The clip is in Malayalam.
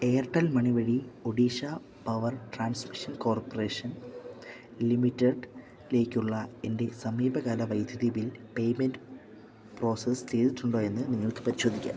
എയർടെൽ മണി വഴി ഒഡീഷ പവർ ട്രാൻസ്മിഷൻ കോർപ്പറേഷൻ ലിമിറ്റഡിലേക്കുള്ള എൻ്റെ സമീപകാല വൈദ്യുതി ബിൽ പേയ്മെൻ്റ് പ്രോസസ്സ് ചെയ്തിട്ടുണ്ടോ എന്നു നിങ്ങള്ക്കു പരിശോധിക്കാം